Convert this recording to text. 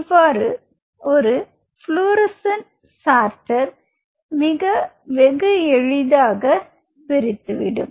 இவ்வாறு ஒரு fluorescent sorter வெகு எளிதாக பிரித்துவிடும்